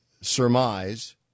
surmise